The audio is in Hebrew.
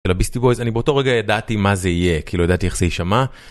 לביסטי בויז, אני באותו רגע ידעתי מה זה יהיה, כאילו ידעתי איך זה יישמע.